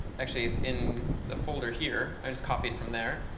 actually it's in the folder here. i'll just copy it from there.